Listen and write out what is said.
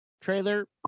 Trailer